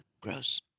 gross